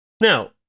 Now